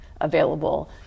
available